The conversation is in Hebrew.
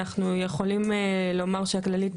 אנחנו יכולים לומר שהכללית,